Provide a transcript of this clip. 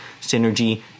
synergy